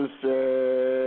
say